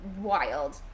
wild